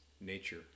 nature